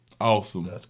Awesome